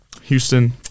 Houston